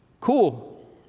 Cool